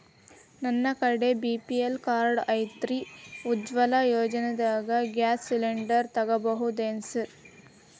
ನನ್ನ ಕಡೆ BPL card ಐತ್ರಿ, ಉಜ್ವಲಾ ಯೋಜನೆದಾಗ ಗ್ಯಾಸ್ ಸಿಲಿಂಡರ್ ತೊಗೋಬಹುದೇನ್ರಿ?